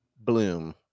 bloom